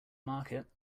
market